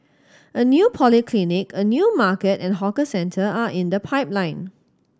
a new polyclinic a new market and hawker centre are in the pipeline